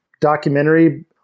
documentary